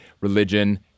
Religion